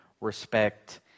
respect